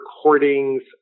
recordings